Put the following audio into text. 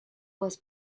was